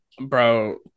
bro